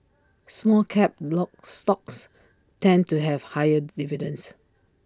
small cap lock stocks tend to have higher dividends